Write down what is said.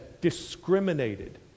discriminated